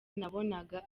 nabonaga